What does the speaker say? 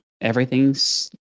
everything's